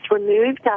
removed